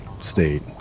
state